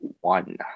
One